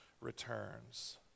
returns